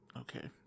Okay